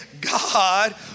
God